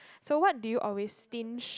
so what do you always stinge